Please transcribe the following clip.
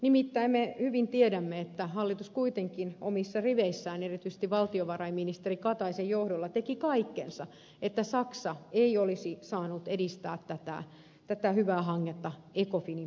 nimittäin me hyvin tiedämme että hallitus kuitenkin omissa riveissään erityisesti valtiovarainministeri kataisen johdolla teki kaikkensa että saksa ei olisi saanut edistää tätä hyvä hanketta ecofinin puitteissa